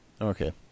Okay